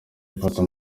ifoto